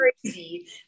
crazy